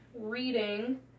reading